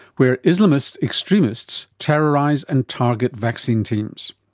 where islamist extremists terrorise and target vaccine teams.